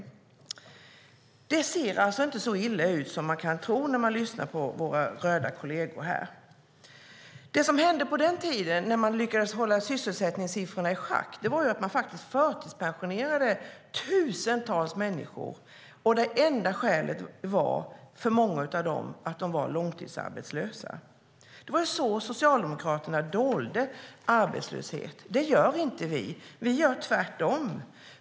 Det ser alltså inte så illa ut som man kan tro när man lyssnar på våra röda kolleger här. Det som hände på den tiden när man lyckades hålla sysselsättningssiffrorna i schack var att man förtidspensionerade tusentals människor, och det enda skälet var för många av dem att de var långtidsarbetslösa. Det var så som Socialdemokraterna dolde arbetslöshet. Så gör inte vi; vi gör tvärtom.